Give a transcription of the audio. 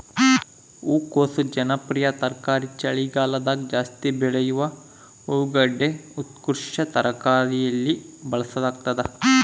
ಹೂಕೋಸು ಜನಪ್ರಿಯ ತರಕಾರಿ ಚಳಿಗಾಲದಗಜಾಸ್ತಿ ಬೆಳೆಯುವ ಹೂಗಡ್ಡೆ ಉತ್ಕೃಷ್ಟ ತರಕಾರಿಯಲ್ಲಿ ಬಳಸಲಾಗ್ತದ